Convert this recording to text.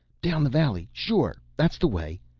down the valley, sure, that's the way.